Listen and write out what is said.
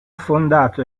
fondato